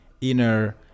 inner